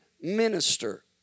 minister